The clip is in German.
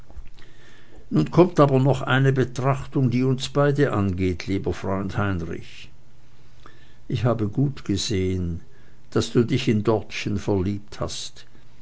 nun kommt aber noch eine betrachtung die uns beide angeht lieber freund heinrich ich habe gut gesehen daß du dich in dortchen verliebt hast